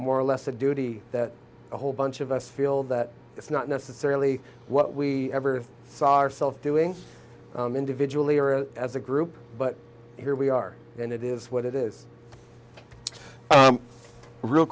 more or less a duty that a whole bunch of us feel that it's not necessarily what we ever saw ourselves doing individually or as a group but here we are and it is what it is real